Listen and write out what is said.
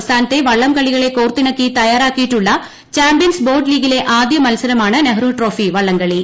സംസ്ഥാനത്തെ വള്ളംകളികളെ കോർത്തിണക്കി തയ്യാറാക്കിയിട്ടുള്ള ചാമ്പ്യൻസ് ബോട്ട് ലീഗിലെ ആദ്യ മത്സരമാണ് നെഹ്റു ട്രോഫി വള്ളം കളി